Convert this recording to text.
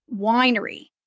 winery